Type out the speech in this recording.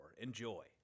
Enjoy